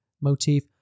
motif